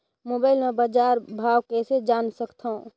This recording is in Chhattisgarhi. मोबाइल म बजार भाव कइसे जान सकथव?